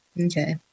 Okay